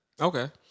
Okay